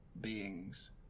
beings